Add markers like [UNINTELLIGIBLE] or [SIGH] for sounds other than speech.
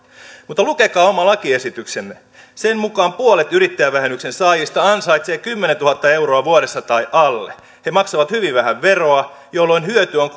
mutta lukekaa oma lakiesityksenne sen mukaan puolet yrittäjävähennyksen saajista ansaitsee kymmenentuhatta euroa vuodessa tai alle he maksavat hyvin vähän veroa jolloin hyöty on [UNINTELLIGIBLE]